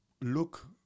look